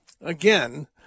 Again